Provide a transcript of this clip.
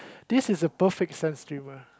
this is a perfect sense humor